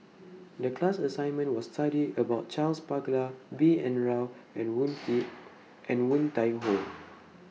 The class assignment was study about Charles Paglar B N Rao and Woon and Woon Tai Ho